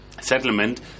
settlement